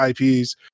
IPs